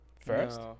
First